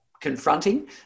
confronting